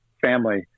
family